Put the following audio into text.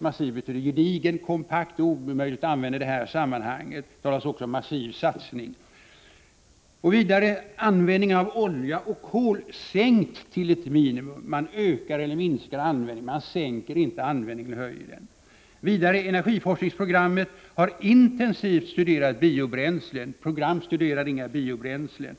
Massiv betyder gedigen, kompakt, och ordet är omöjligt att använda i detta sammanhang. Det talas också om ”en massiv satsning”. Vidare sägs: ”-—— användningen av olja och kol sänkt till ett minimum.” Man ökar eller minskar användningen av något — man kan inte sänka eller höja den! Vidare står det i skriften: ”Energiforskningsprogrammet har intensivt studerat biobränslen ———-.” Program studerar inga biobränslen.